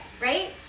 right